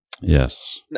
Yes